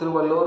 Tiruvallur